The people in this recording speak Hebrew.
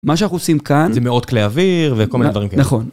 מה שאנחנו עושים כאן זה מאות כלי אוויר וכל מיני דברים כאלה. נכון.